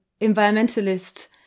environmentalist